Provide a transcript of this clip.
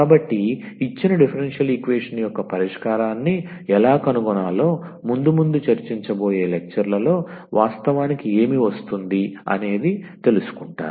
కాబట్టి ఇచ్చిన differential equation యొక్క పరిష్కారాన్ని ఎలా కనుగొనాలో ముందు ముందు చర్చించబోయే లెక్చర్ లలో వాస్తవానికి ఏమి వస్తుంది అనేది తెలుసుకుంటారు